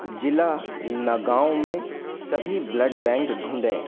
ज़िला नगाँव में सभी ब्लड बैंक ढूँढें